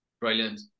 Brilliant